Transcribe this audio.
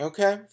Okay